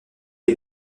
est